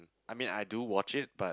I mean I do watch it but